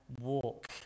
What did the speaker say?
walk